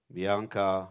Bianca